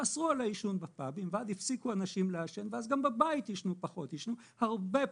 אסרו על העישון בפאבים ואז אנשים הפסיקו לעשן וגם בבית עישנו הרבה פחות.